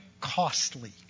costly